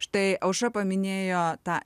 štai aušra paminėjo tą